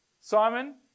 Simon